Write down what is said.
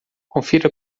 confira